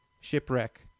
shipwreck